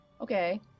Okay